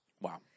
Wow